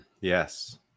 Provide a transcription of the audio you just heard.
Yes